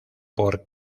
por